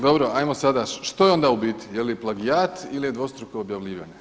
Dobro, hajmo sada što je onda u biti je li plagijat ili je dvostruko objavljivanje.